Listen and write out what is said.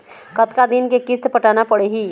कतका दिन के किस्त पटाना पड़ही?